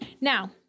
Now